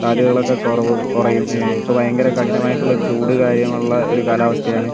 സാധ്യതകളൊക്കെ കുറവ് കുറയും ഇപ്പം ഭയങ്കരം കഠിനമായിട്ടുള്ള ഒരു ചൂട് കാര്യങ്ങളുള്ള ഒരു കാലാവസ്ഥയാണ്